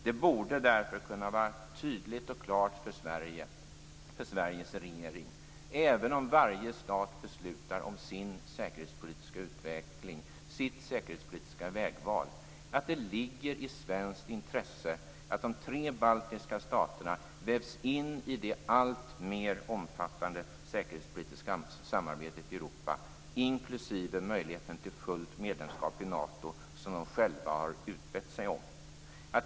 Det borde därför kunna vara tydligt och klart för Sveriges regering, även om varje stat beslutar om sin säkerhetspolitiska utveckling, sitt säkerhetspolitiska vägval, att det ligger i svenskt intresse att de tre baltiska staterna vävs in i det alltmer omfattande säkerhetspolitiska samarbetet i Europa, inklusive möjligheten till fullt medlemskap i Nato, som de själva har utbett sig om.